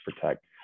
protect